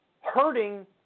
hurting